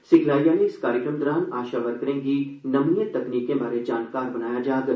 सिखलाई आह्ले इस कार्यक्रम दौरान आशा वर्करें गी नमिए तकनीकें बारै जानकार बनाया जाग